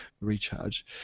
recharge